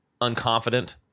unconfident